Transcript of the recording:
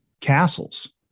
castles